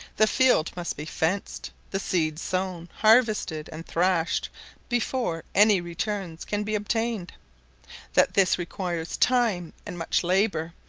the field must be fenced, the seed sown, harvested, and thrashed before any returns can be obtained that this requires time and much labour,